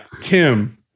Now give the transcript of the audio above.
Tim